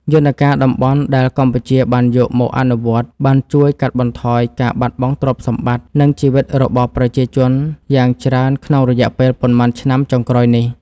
យន្តការតំបន់ដែលកម្ពុជាបានយកមកអនុវត្ត បានជួយកាត់បន្ថយការបាត់បង់ទ្រព្យសម្បត្តិ និងជីវិតរបស់ប្រជាជនយ៉ាងច្រើនក្នុងរយៈពេលប៉ុន្មានឆ្នាំចុងក្រោយនេះ។